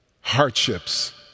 hardships